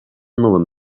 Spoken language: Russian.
новым